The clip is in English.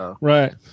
Right